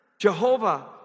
Jehovah